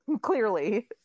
Clearly